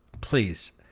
Please